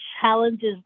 challenges